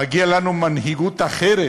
מגיעה לנו מנהיגות אחרת,